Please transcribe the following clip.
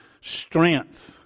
strength